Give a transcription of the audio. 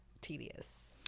tedious